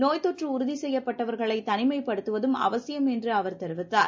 நோய்த் தொற்று உறுதி செய்யப்பட்டவர்களை தனிமைப்படுத்துவதும் அவசியம் என்றும் அவர் கூறினார்